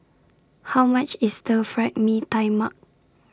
How much IS Stir Fried Mee Tai Mak